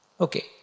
Okay